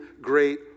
great